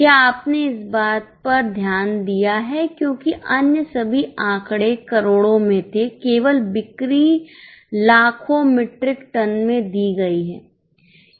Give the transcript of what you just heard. क्या आपने इस बात पर ध्यान दिया है क्योंकि अन्य सभी आंकड़े करोड़ों में थे केवल बिक्री लाखों मीट्रिक टन में दी गई है